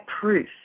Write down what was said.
proof